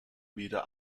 wieder